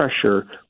pressure